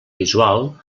visual